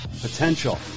Potential